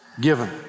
given